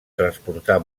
transportar